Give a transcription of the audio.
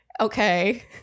Okay